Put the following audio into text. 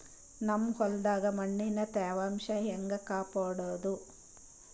ನಮ್ ಹೊಲದಾಗ ಮಣ್ಣಿನ ತ್ಯಾವಾಂಶ ಹೆಂಗ ಕಾಪಾಡೋದು?